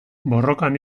borrokan